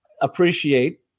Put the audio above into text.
appreciate